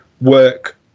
work